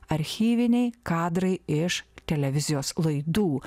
archyviniai kadrai iš televizijos laidų